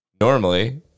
Normally